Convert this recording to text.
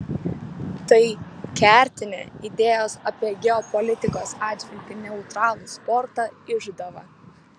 tai kertinė idėjos apie geopolitikos atžvilgiu neutralų sportą išdava